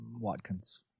Watkins